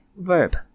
verb